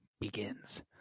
begins